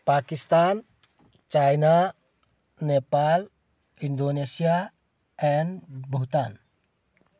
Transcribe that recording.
Pakistan China Nepal Indonesia and Bhutan